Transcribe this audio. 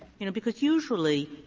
you know because usually,